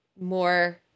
more